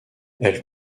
elle